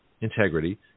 integrity